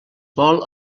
vol